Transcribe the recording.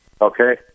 okay